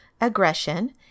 aggression